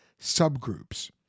subgroups